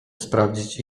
sprawdzić